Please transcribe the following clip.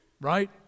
right